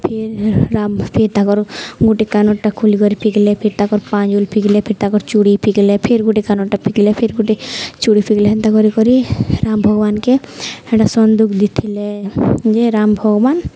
ଫିର୍ ଫେର୍ ତାକର ଗୁଟେ କାନରଟା ଖୁଲିିକରି ଫିିକିଲେ ଫିର୍ ତାକର ପାଉଁଜି ଫିିକିଲେ ଫିର୍ ତାକର ଚୁଡ଼ି ଫିଗଲେ ଫର୍ ଗୋଟେ କାନରଟା ଫିିକିଲେ ଫେର୍ ଗୁଟେ ଚୁଡ଼ି ଫିିକିଲେ ହେନ୍ତା କରି କରି ରାମ ଭଗବାନକେ ହେଟା ସନ୍ଦୁକ ଦେଇଥିଲେ ଯେ ରାମ ଭଗବାନ